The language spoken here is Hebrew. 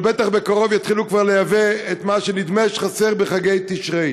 אבל בטח בקרוב יתחילו כבר לייבא את מה שנדמה שחסר בחגי תשרי.